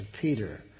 Peter